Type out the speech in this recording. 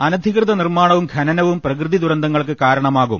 അനധികൃത നിർമ്മാണവും ഖനനവും പ്രകൃതി ദുരന്തങ്ങൾക്ക് കാരണമാകും